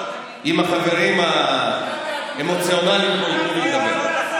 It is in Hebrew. אם החברים האמוציונליים פה ייתנו לי לדבר.